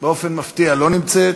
באופן מפתיע, לא נמצאת,